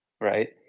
right